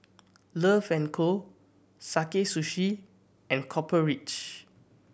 Love and Co Sakae Sushi and Copper Ridge